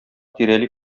тирәли